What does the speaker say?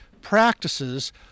practices